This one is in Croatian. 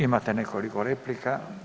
Imate nekoliko replika.